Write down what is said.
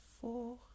four